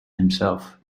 himself